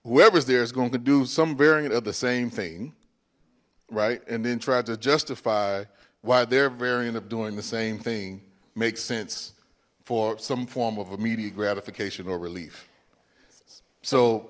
whoever's there is going to do some variant of the same thing right and then try to justify why they're very end up doing the same thing makes sense for some form of immediate gratification or relief so